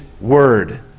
word